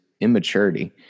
immaturity